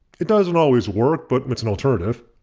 it doesn't always work but it's an alternative.